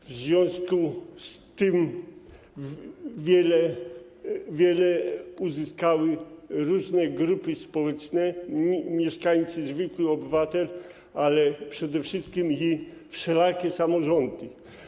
W związku z tym wiele uzyskały różne grupy społeczne, mieszkańcy, zwykli obywatele, ale przede wszystkim wszelakie samorządy.